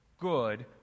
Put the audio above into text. good